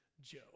joe